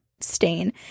stain